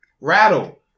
rattle